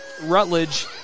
Rutledge